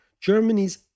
Germany's